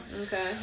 Okay